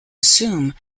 assume